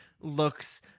looks